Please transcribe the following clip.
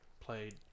played